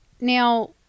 now